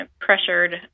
pressured